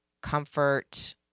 comfort